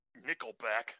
Nickelback